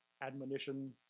admonition